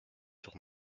sur